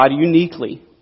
uniquely